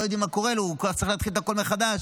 לא יודעים מה קורה לו והוא צריך להתחיל הכול מחדש.